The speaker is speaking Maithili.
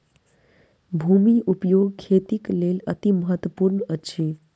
भूमि उपयोग खेतीक लेल अतिमहत्त्वपूर्ण अछि